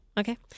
Okay